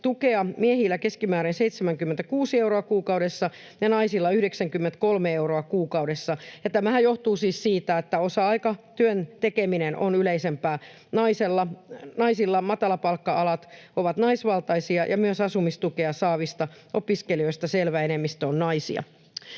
tukea miehillä keskimäärin 76 euroa kuukaudessa ja naisilla 93 euroa kuukaudessa, ja tämähän johtuu siis siitä, että osa-aikatyön tekeminen on yleisempää naisilla. Matalapalkka-alat ovat naisvaltaisia, ja myös asumistukea saavista opiskelijoista selvä enemmistö on naisia.